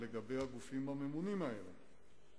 אצל הגופים הממונים האלה.